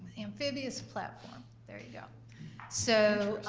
amphibious platform, there you go. so